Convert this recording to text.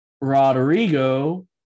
Rodrigo